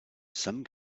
some